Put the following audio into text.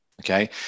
okay